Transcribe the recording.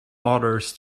orders